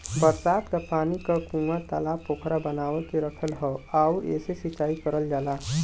बरसात क पानी क कूंआ, तालाब पोखरा बनवा के रखल हौ आउर ओसे से सिंचाई करल जाला